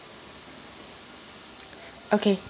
okay